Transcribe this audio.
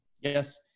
Yes